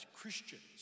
Christians